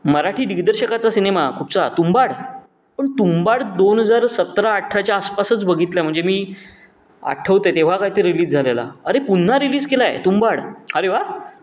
मराठी दिग्दर्शकाचा सिनेमा कुठचा तुंबाड पण तुंबाड दोन हजार सतरा अठराच्या आसपासच बघितल्या म्हणजे मी आठवते तेव्हा काय ते रिलीज झालेला अरे पुन्हा रिलीज केला आहे तुंबाड अरे वा